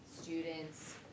students